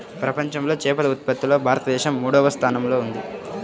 ప్రపంచంలో చేపల ఉత్పత్తిలో భారతదేశం మూడవ స్థానంలో ఉంది